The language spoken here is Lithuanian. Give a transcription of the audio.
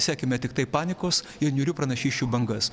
sekime tiktai panikos ir niūrių pranašysčių bangas